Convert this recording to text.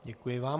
Děkuji vám.